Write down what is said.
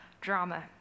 drama